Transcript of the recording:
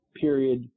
period